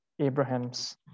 Abraham's